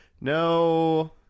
No